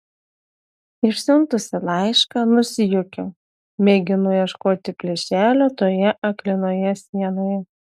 išsiuntusi laišką nusijuokiu mėginu ieškoti plyšelio toje aklinoje sienoje